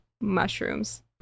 mushrooms